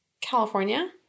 California